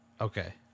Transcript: Okay